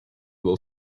will